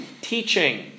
teaching